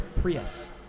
Prius